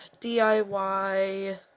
DIY